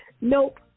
Nope